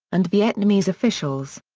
and vietnamese officials.